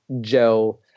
Joe